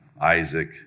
Isaac